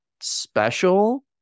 special